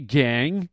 gang